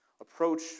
approach